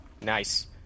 Nice